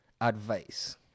advice